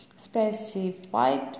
specified